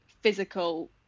physical